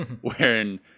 wherein